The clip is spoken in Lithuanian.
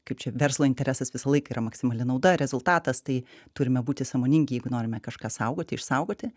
kaip čia verslo interesas visą laiką yra maksimali nauda ir rezultatas tai turime būti sąmoningi jeigu norime kažką saugoti išsaugoti